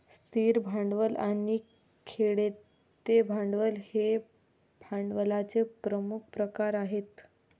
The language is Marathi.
स्थिर भांडवल आणि खेळते भांडवल हे भांडवलाचे प्रमुख प्रकार आहेत